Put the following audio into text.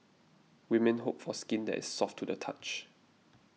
women hope for skin that is soft to the touch